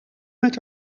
met